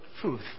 truth